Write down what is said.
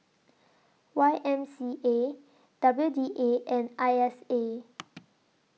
Y M C A W D A and I S A